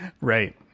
Right